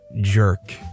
jerk